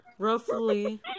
Roughly